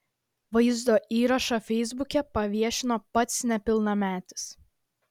vaizdo įrašą feisbuke paviešino pats nepilnametis